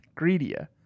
Greedia